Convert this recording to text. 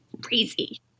Crazy